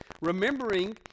remembering